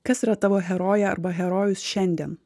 kas yra tavo herojė arba herojus šiandien